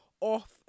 off